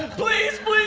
please,